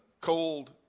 cold